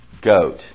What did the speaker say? goat